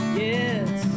yes